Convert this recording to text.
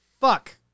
Fuck